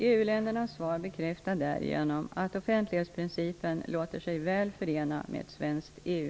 EU-ländernas svar bekräftar därigenom att offentlighetsprincipen låter sig väl förenas med ett svenskt EU